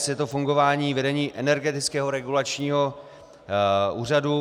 Je to fungování vedení Energetického regulačního úřadu.